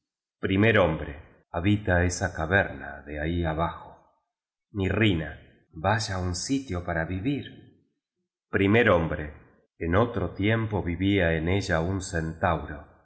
primer hombre habita esa caverna de ahf abajomirrina vaya un sitio para vivirl primer hombre en otro tiempo vivía en ella un centauro